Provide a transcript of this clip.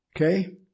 Okay